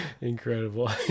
incredible